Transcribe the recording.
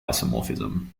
isomorphism